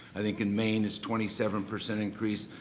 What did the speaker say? i think in maine it's twenty seven percent increase,